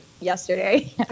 yesterday